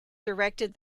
directed